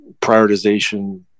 prioritization